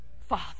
Father